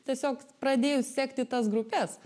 tiesiog pradėjus sekti tas grupes